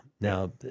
Now